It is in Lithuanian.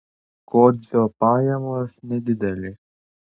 kodzio pajamos nedidelės